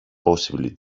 possibly